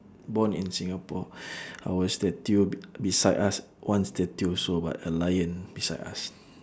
born in singapore our statue b~ beside us one statue also but a lion beside us